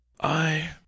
I—